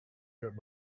get